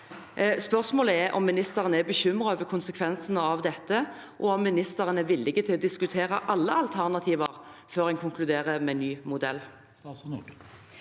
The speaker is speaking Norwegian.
Spørsmålet er om ministeren er bekymret over konsekvensen av dette, og om ministeren er villig til å diskutere alle alternativer før en konkluderer med en ny modell.